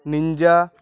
ninja